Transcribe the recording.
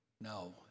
No